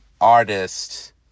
artist